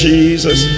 Jesus